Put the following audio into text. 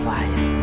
Fire